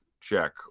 check